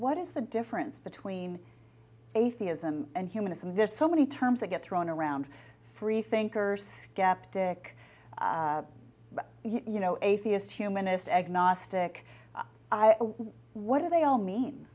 what is the difference between atheism and humanism there's so many terms that get thrown around free thinkers skeptic but you know atheists humanist agnostic what do they all mean